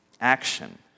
action